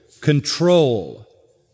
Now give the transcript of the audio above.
control